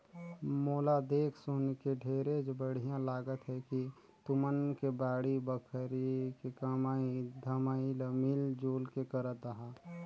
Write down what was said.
मोला देख सुनके ढेरेच बड़िहा लागत हे कि तुमन के बाड़ी बखरी के कमई धमई ल मिल जुल के करत अहा